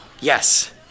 Yes